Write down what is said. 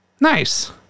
Nice